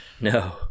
No